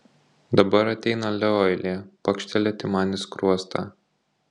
dabar ateina leo eilė pakštelėti man į skruostą